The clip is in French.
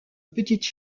petite